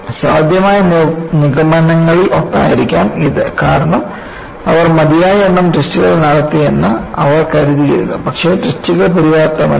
അതിനാൽ സാധ്യമായ നിഗമനങ്ങളിൽ ഒന്നായിരിക്കാം ഇത് കാരണം അവർ മതിയായ എണ്ണം ടെസ്റ്റുകൾ നടത്തിയെന്ന് അവർ കരുതിയിരുന്നു പക്ഷേ ടെസ്റ്റുകൾ പര്യാപ്തമല്ല